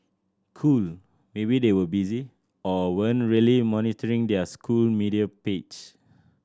cool maybe they were busy or weren't really monitoring their school media page